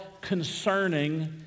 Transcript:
concerning